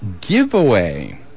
Giveaway